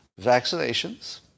Vaccinations